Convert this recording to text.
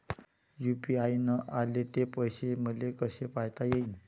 UPI न आले ते पैसे मले कसे पायता येईन?